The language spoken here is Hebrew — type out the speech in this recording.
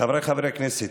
חבריי חברי הכנסת,